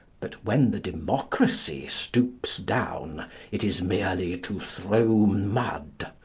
but when the democracy stoops down it is merely to throw mud.